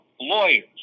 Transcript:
lawyers